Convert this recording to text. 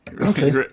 Okay